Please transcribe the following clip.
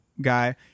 guy